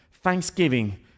Thanksgiving